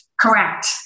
Correct